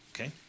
Okay